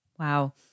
Wow